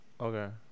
Okay